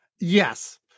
Yes